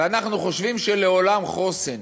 ואנחנו חושבים שלעולם חוסן.